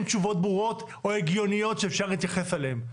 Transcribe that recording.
תשובות ברורות או הגיוניות שאפשר להתייחס אליהן.